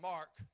Mark